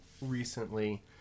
recently